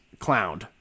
clowned